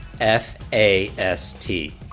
F-A-S-T